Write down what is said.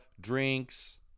drinks